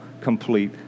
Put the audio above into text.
complete